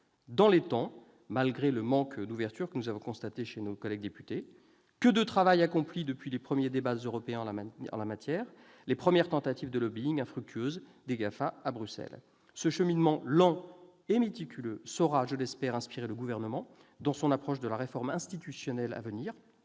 dans les temps, malgré le manque d'ouverture que nous avons constaté chez nos collègues députés. Que de travail accompli depuis les premiers débats européens en la matière, les premières tentatives de lobbying infructueuses des GAFA à Bruxelles ! Ce cheminement lent et méticuleux saura, je l'espère, inspirer le Gouvernement dans son approche de la réforme institutionnelle à venir,